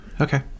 Okay